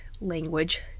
language